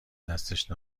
دستش